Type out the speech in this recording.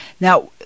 Now